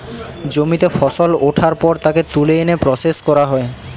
জমিতে ফসল ওঠার পর তাকে তুলে এনে প্রসেস করা হয়